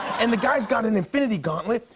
and the guy's got an infinity gauntlet,